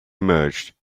emerged